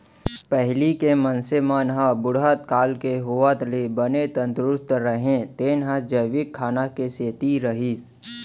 पहिली के मनसे मन ह बुढ़त काल के होवत ले बने तंदरूस्त रहें तेन ह जैविक खाना के सेती रहिस